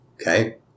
okay